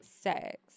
sex